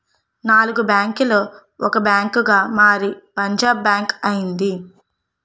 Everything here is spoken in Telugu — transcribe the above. నాలుగు బ్యాంకులు ఒక బ్యాంకుగా మారి పంజాబ్ బ్యాంక్ అయింది